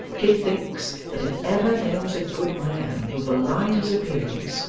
kit thinks that if ever there was a good man who belied his appearance,